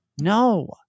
No